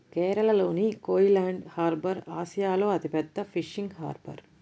కేరళలోని కోయిలాండి హార్బర్ ఆసియాలో అతిపెద్ద ఫిషింగ్ హార్బర్